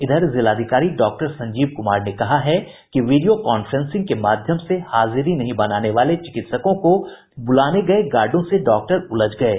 इधर जिलाधिकारी डॉक्टर संजीव कुमार ने कहा है कि वीडियो कॉन्फ्रेंसिंग के माध्यम से हाजिरी नहीं बनाने वाले चिकित्सकों को बुलाने गये गार्डो से डॉक्टर उलझ गये